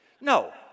No